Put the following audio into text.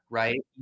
right